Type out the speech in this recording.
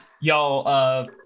y'all